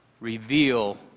reveal